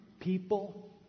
people